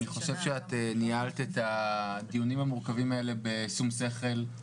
את ניהלת את הדיונים המורכבים האלה בשום שכל,